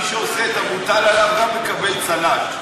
מי שעושה את המוטל עליו גם מקבל צל"ש.